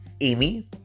Amy